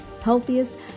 healthiest